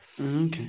Okay